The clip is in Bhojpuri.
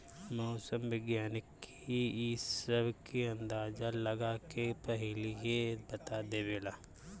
मौसम विज्ञानी इ सब के अंदाजा लगा के पहिलहिए बता देवेला